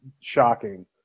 shocking